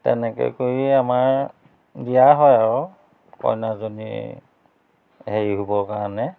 তেনেকৈ কৰিয়ে আমাৰ দিয়া হয় আৰু কইনাজনী হেৰি হ'বৰ কাৰণে